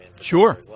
Sure